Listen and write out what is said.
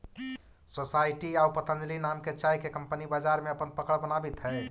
society आउ पतंजलि नाम के चाय के कंपनी बाजार में अपन पकड़ बनावित हइ